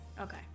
Okay